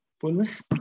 fullness